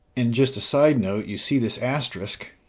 and just a side note, you see this asterisk.